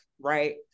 right